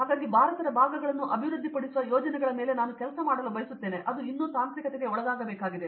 ಹಾಗಾಗಿ ಭಾರತದ ಭಾಗಗಳನ್ನು ಅಭಿವೃದ್ಧಿಪಡಿಸುವ ಯೋಜನೆಗಳ ಮೇಲೆ ನಾನು ಕೆಲಸ ಮಾಡಲು ಬಯಸುತ್ತೇನೆ ಅದು ಇನ್ನೂ ತಾಂತ್ರಿಕತೆಗೆ ಒಳಗಾಗಬೇಕಿದೆ